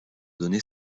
donné